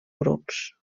grups